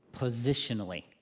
positionally